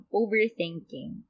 overthinking